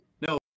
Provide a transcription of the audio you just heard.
No